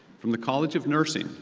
from the college of nursing,